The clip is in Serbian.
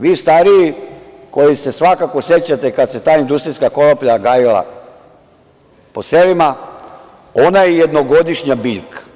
Vi stariji koji se svakako sećate kada se ta industrijska konoplja gajila po selima, ona je jednogodišnja biljka.